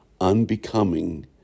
unbecoming